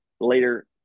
later